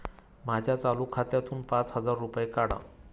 माझ्या चालू खात्यातून पाच हजार रुपये काढा